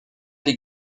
des